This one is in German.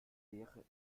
wäre